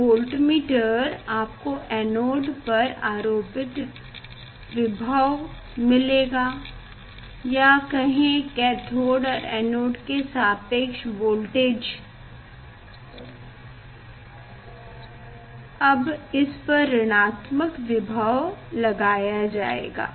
की वोल्टमीटर से आपको एनोड पर आरोपित विभव मिलेगा या कहें कैथोड और एनोड के सापेक्ष वोल्टेज अब इसपर ऋणात्मक विभव लगाया जाएगा